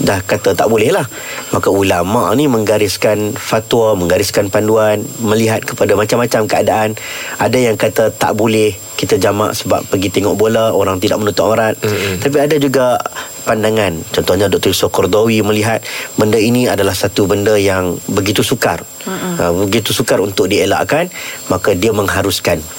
Dah kata tak boleh lah. Maka ulama' ni menggariskan fatwa, menggariskan panduan, melihat kepada macam-macam keadaan. Ada yang kata tak boleh kita jamak sebab pergi tengok bola, orang tidak menutup aurat. Mm-mm. Tapi ada juga pandangan. Contohnya Dr. Yusof Cordowi melihat benda ini adalah satu benda yang begitu sukar. Mm-mm. Ah, begitu sukar untuk dielakkan, maka dia mengharuskan.